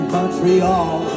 Montreal